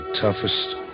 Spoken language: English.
toughest